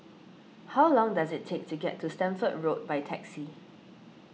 how long does it take to get to Stamford Road by taxi